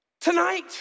tonight